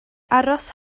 aros